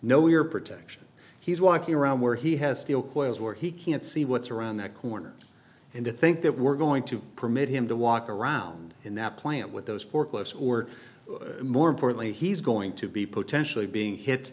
your protection he's walking around where he has steel coils where he can't see what's around that corner and to think that we're going to permit him to walk around in that plant with those forklift or more importantly he's going to be potentially being hit